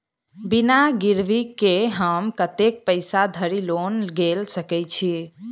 बिना गिरबी केँ हम कतेक पैसा धरि लोन गेल सकैत छी?